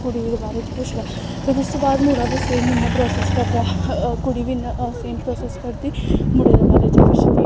कुड़ी दे बारे च पुच्छदा फिर उसदे बाद मुड़ा बी सेम उ'आं प्रोसैस करदा कुड़ी बी इन्ना सेम प्रोसैस करदी मुड़े दे बारे च पुच्छदी